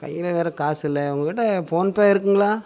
கையில் வேறு காசில்ல உங்ககிட்ட ஃபோன் பே இருக்குங்களா